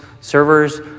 servers